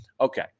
okay